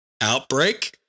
outbreak